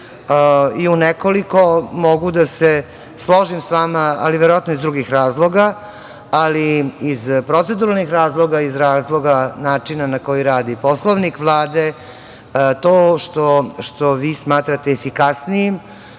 i unekoliko mogu da se složim sa vama, ali verovatno iz drugih razloga, ali i iz proceduralnih razloga, iz razloga načina na koji radi Poslovnik Vlade, to što vi smatrate efikasnijim,